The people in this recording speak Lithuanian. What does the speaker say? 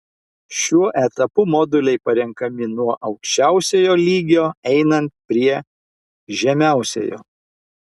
šiuo etapu moduliai parenkami nuo aukščiausiojo lygio einant prie žemiausiojo